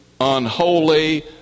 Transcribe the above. unholy